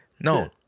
No